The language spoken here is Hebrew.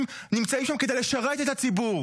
שחררי את השב"כ כבר.